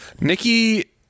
Nikki